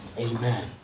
Amen